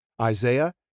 Isaiah